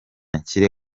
nshyire